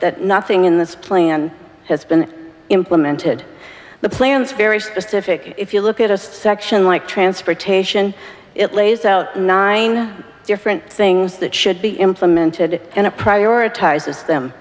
that nothing in this plan has been implemented the plans very specific if you look at a section like transportation it lays out nine different things that should be implemented and a prioritize them